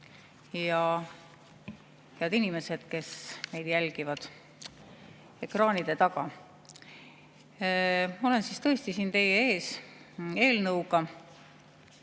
Ja head inimesed, kes meid jälgivad ekraanide taga! Ma olen tõesti siin teie ees eelnõuga,